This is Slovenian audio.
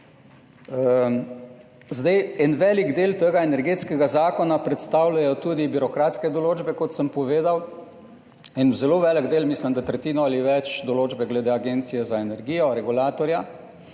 En velik del tega energetskega zakona predstavljajo tudi birokratske določbe, kot sem povedal, en zelo velik del, mislim da, tretjino ali več, določbe glede Agencije za energijo, regulatorja,